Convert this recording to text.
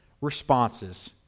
responses